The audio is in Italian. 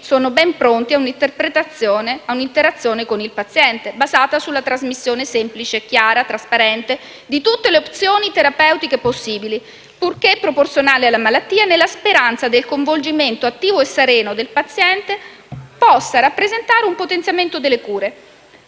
sono ben pronti a un'interazione con il paziente basata sulla trasmissione semplice, chiara e trasparente di tutte le opzioni terapeutiche possibili, purché proporzionali alla malattia, nella speranza che il coinvolgimento attivo e sereno del paziente possa rappresentare un potenziamento delle cure,